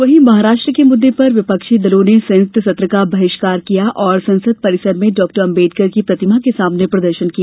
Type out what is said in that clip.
वहीं महाराष्ट्र के मुददे पर विपक्षी दलों ने संयुक्त सत्र का बहिष्कार किया और संसद परिसर में डॉ अम्बेडकर की प्रतिमा के सामने प्रदर्शन किया